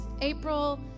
April